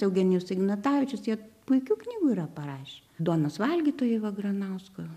eugenijus ignatavičius jie puikių knygų yra parašę duonos valgytojai va granausko